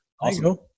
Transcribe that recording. Awesome